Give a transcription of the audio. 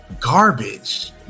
Garbage